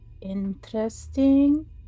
Interesting